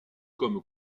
comme